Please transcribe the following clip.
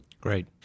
great